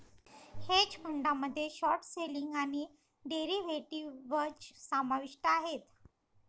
hedge फंडामध्ये short selling आणि derivatives समाविष्ट आहेत